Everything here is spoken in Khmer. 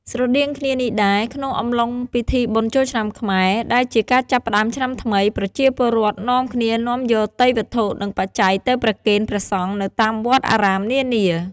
ស្រដៀងគ្នានេះដែរ ក្នុងអំឡុង ពិធីបុណ្យចូលឆ្នាំខ្មែរ ដែលជាការចាប់ផ្ដើមឆ្នាំថ្មី ប្រជាពលរដ្ឋនាំគ្នានាំយកទេយ្យវត្ថុ និងបច្ច័យទៅប្រគេនព្រះសង្ឃនៅតាមវត្តអារាមនានា។